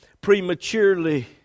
prematurely